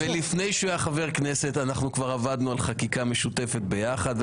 ולפני שהוא היה חבר כנסת אנחנו כבר עבדנו על חקיקה משותפת ביחד.